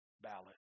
ballot